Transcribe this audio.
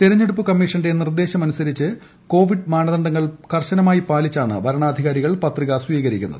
തെരഞ്ഞെടുപ്പ് കമീഷന്റെ നിർദേശമനുസ്രിച്ച് കോവിഡ് മാനദണ്ഡങ്ങൾ പാലിച്ചാണ് വരണാധികാരികൾ പത്രിക സ്വീകരിക്കുന്നത്